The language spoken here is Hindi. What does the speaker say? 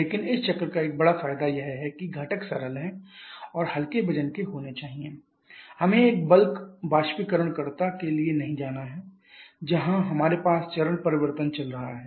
लेकिन इस चक्र का एक बड़ा फायदा यह है कि घटक सरल हैं और हल्के वजन के होने चाहिए हमें एक बल्क बाष्पीकरणकर्ता के लिए नहीं जाना है जहां हमारे पास चरण परिवर्तन चल रहा है